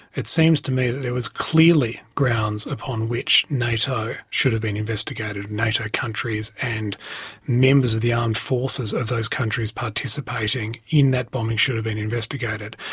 it seems to me that there was clearly grounds upon which nato should have been investigated, nato countries and members of the armed forces of those countries participating in that bombing should have been investigated.